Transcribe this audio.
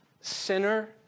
sinner